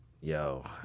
Yo